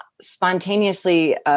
spontaneously